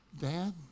Dad